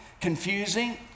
confusing